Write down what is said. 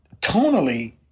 tonally